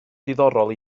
diddorol